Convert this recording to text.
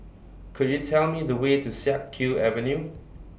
Could YOU Tell Me The Way to Siak Kew Avenue